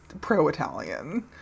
pro-Italian